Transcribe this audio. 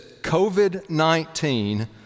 COVID-19